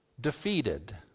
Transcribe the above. defeated